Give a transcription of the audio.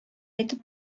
әйтеп